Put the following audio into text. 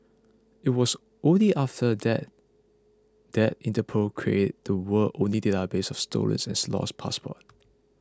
it was only after that that Interpol created the world's only database of and lost passports